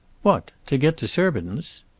what to get to surbiton's?